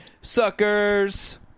suckers